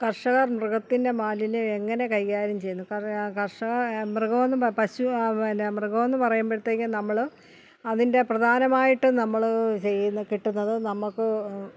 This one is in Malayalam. കര്ഷകര് മൃഗത്തിന്റെ മാലിന്യം എങ്ങനെ കൈകാര്യം ചെയ്യുന്നു കറ് കര്ഷക മൃഗമെന്ന് പശുവാണ് പിന്നെ മൃഗമെന്ന് പറയുമ്പത്തേക്ക് നമ്മള് അതിന്റെ പ്രധാനമായിട്ടും നമ്മള് ചെയ്യുന്നത് കിട്ടുന്നത് നമുക്ക്